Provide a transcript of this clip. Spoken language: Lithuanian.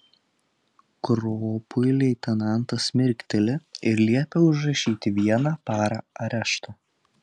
kropui leitenantas mirkteli ir liepia užrašyti vieną parą arešto